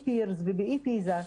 PIRLS, ו-PISA.